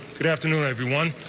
good afternoon, everyone.